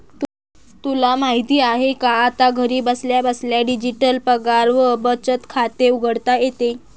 तुला माहित आहे का? आता घरी बसल्या बसल्या डिजिटल पगार व बचत खाते उघडता येते